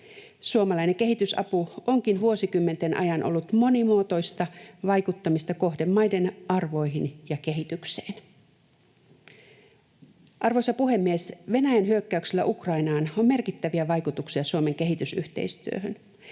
Suomalainen kehitysapu onkin vuosikymmenten ajan ollut monimuotoista vaikuttamista kohdemaiden arvoihin ja kehitykseen. Arvoisa puhemies! Venäjän hyökkäyksellä Ukrainaan on merkittäviä vaikutuksia Suomen kehitysyhteistyöhön.